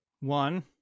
One